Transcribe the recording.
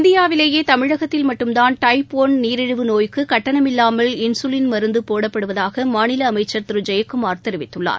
இந்தியாவிலேயே தமிழகத்தில் மட்டும்தான் டைப் ஒன் நீழிவு நோய்க்கு கட்டணமில்லாமல் இன்சுலீன் மருந்து போடப்படுவதாக மாநில அமைச்சர் திரு ஜெயக்குமார் தெரிவித்துள்ளார்